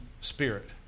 spirit